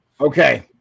Okay